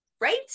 Right